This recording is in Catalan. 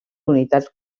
unitats